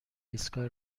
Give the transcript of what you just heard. ایستگاه